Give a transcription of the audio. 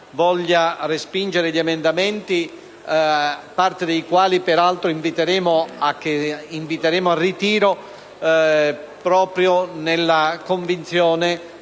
voglia respingere gli emendamenti, di parte dei quali peraltro inviteremo il ritiro, nella convinzione